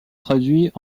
traduit